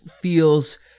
feels